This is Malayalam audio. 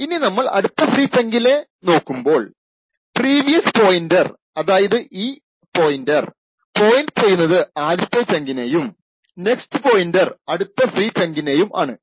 ഇനി നമ്മൾ അടുത്ത ഫ്രീ ചങ്കിലെ നോക്കുമ്പോൾ പ്രീവിയസ് പോയിന്റർ അതായത് ഇത് പോയിന്റ് ചെയ്യുന്നത് ആദ്യത്തെ ചങ്കിനെയും നെക്സ്റ്റ് പോയിന്റർ അടുത്ത ഫ്രീ ചങ്കിനെയും ആണ്